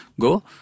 go